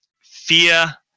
fear